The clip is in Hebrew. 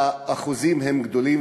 האחוזים הם גדולים,